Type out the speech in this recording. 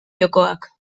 jokoak